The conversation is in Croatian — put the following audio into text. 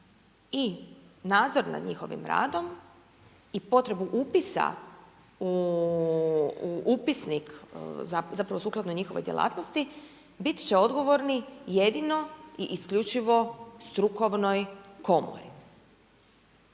i nadzor nad njihovim radom i potrebu upisa u upisnik zapravo sukladno njihovoj djelatnosti, biti će odgovorni jedino i isključivo strukturnoj komori.